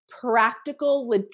practical